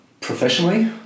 professionally